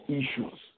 issues